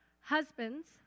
Husbands